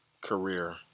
career